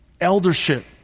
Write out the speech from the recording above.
Eldership